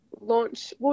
launch